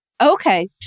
okay